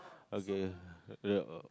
okay